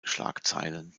schlagzeilen